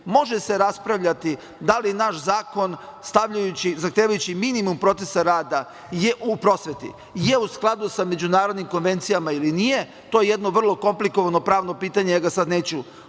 Može se raspravljati da li naš zakon zahtevajući minimum procesa rada u prosveti je u skladu sa međunarodnim konvencijama ili nije to je jedno vrlo komplikovano pravno pitanje, ja ga sada neću